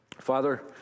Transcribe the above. Father